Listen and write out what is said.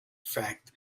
effect